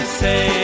say